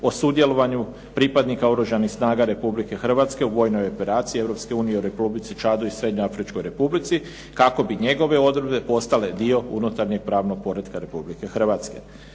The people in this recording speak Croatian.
o sudjelovanju pripadnika Oružanih snaga Republike Hrvatske u vojnoj operaciji Europske unije u Repulici Čadu i Srednjoafričkoj Republici kako bi njegove odredbe postale dio unutarnjeg pravnog poretka Republike Hrvatske.